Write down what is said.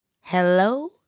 Hello